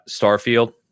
Starfield